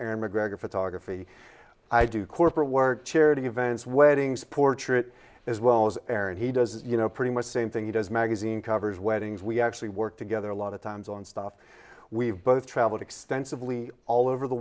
aaron mcgregor photography i do corporate were charity events weddings portrait as well as air and he does you know pretty much same thing he does magazine covers weddings we actually work together a lot of times on stuff we've both traveled extensively all over the